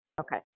Okay